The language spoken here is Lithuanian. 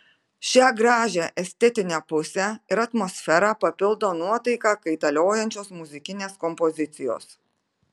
šią gražią estetinę pusę ir atmosferą papildo nuotaiką kaitaliojančios muzikinės kompozicijos